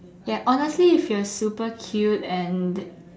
ya honestly if you are super cute and